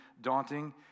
daunting